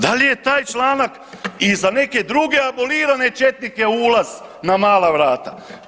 Da li je taj članak i za neke druge abolirane četnike ulaz na mala vrata?